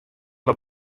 dat